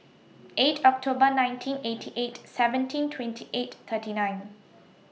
eight October nineteen eighty eight seventeen twenty eight thirty nine